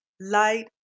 light